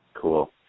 Cool